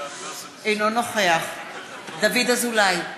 אינו נוכח דוד אזולאי,